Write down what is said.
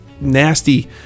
nasty